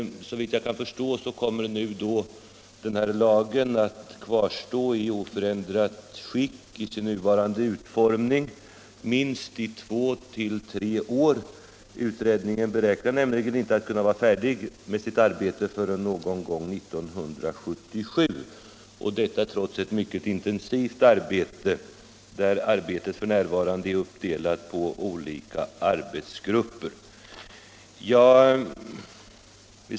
Såvitt jag kan förstå kommer lagen i sin nuvarande utformning att kvarstå i oförändrat skick i minst två tre år. Utredningen beräknar nämligen inte att kunna vara färdig med sitt arbete förrän någon gång under 1977, och detta trots ett mycket intensivt arbete, som f. n. är uppdelat på olika arbetsgrupper.